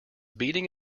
beating